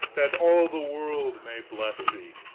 that all the world may bless thee.